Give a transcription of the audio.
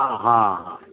हँ हँ हँ